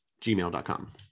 gmail.com